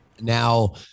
now